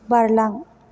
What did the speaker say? बारलां